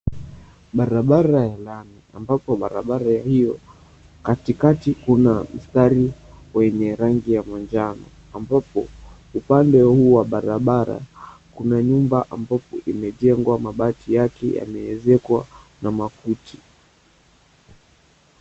Barabara ya lami, ambapo barabara hiyo, katikati kuna mstari wenye rangi ya manjano. Ambapo upande huu wa barabara, kuna nyumba ambapo imejengwa mabati yake yameezekwa na makuti.